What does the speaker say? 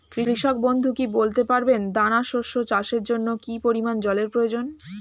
কৃষক বন্ধু কি বলতে পারবেন দানা শস্য চাষের জন্য কি পরিমান জলের প্রয়োজন?